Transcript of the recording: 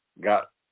got